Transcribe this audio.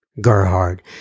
Gerhard